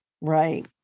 Right